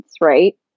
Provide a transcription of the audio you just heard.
right